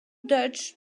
dutch